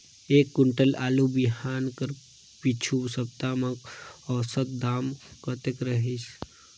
एक कुंटल आलू बिहान कर पिछू सप्ता म औसत दाम कतेक रहिस?